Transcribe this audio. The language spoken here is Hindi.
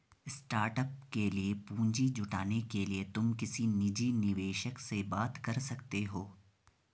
स्टार्टअप के लिए पूंजी जुटाने के लिए तुम किसी निजी निवेशक से बात कर सकते हो